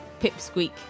Pipsqueak